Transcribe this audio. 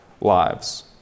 lives